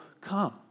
come